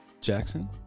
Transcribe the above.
Jackson